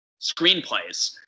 screenplays